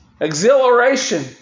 Exhilaration